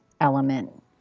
element